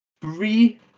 three